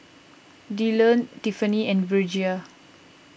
Dyllan Tiffani and Virgia